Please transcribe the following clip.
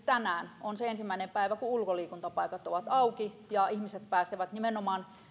tänään on se ensimmäinen päivä kun ulkoliikuntapaikat ovat auki ja ihmiset pääsevät nimenomaan